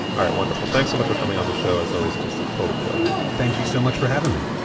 all right. wonderful. thanks so much for coming on the show, as always. just a total pleasure. thank you so much for having me